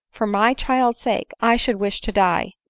for my child's sake i should wish to die,